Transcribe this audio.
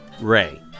Ray